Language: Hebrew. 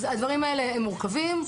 אז הדברים האלה מורכבים.